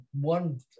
one